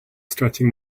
stretching